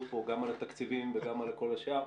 כאן גם על התקציבים וגם על כל השאר,